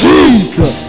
Jesus